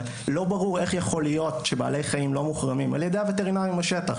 לא ברור איך יכול להיות שבעלי חיים לא מוחרמים על ידי וטרינרים בשטח,